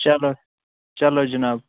چلو چلو جناب